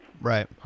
Right